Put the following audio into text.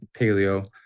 paleo